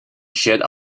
shade